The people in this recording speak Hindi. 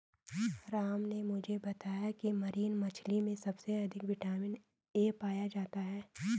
राम ने मुझे बताया की मरीन मछली में सबसे अधिक विटामिन ए पाया जाता है